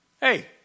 hey